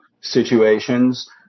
situations